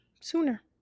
sooner